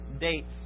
dates